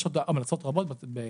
יש עוד המלצות רבות בצוות,